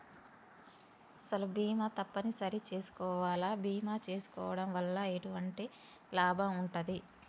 అసలు బీమా తప్పని సరి చేసుకోవాలా? బీమా చేసుకోవడం వల్ల ఎటువంటి లాభం ఉంటది?